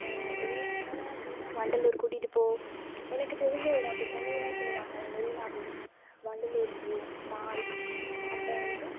எல்லா இடோனா எப்படினா வண்டலூர் கூட்டிகிட்டு போ எனக்கு தெரிஞ்ச இடம் இப்போ சென்னையின்னால் சொல்லுவாங்கள்லை Marina beach Vandalur zoo mall அப்புறம் வந்து